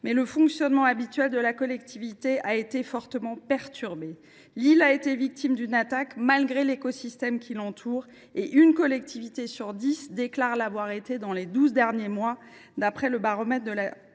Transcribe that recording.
mais le fonctionnement habituel de la collectivité a été fortement perturbé. Lille a été victime d’une attaque malgré l’écosystème cyber qui l’entoure. Une collectivité sur dix déclare l’avoir été dans les douze derniers mois, d’après le baromètre de la